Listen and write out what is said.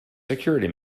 security